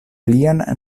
plian